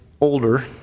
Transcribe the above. older